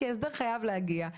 כי ההסדר חייב להגיע.